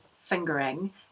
fingering